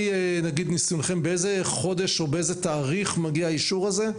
ובאיזה חודש, מניסיונכן, מגיע האישור הזה?